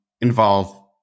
involve